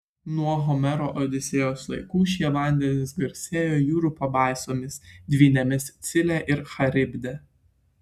nuo homero odisėjos laikų šie vandenys garsėjo jūrų pabaisomis dvynėmis scile ir charibde